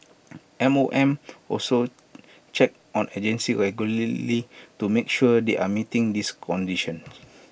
M O M also checks on agencies regularly to make sure they are meeting these conditions